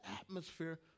atmosphere